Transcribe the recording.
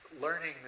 learning